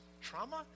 trauma